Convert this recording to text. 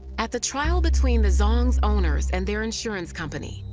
at the trial between the zong's owners and their insurance company,